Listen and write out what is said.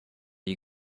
you